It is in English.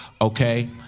okay